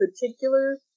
particular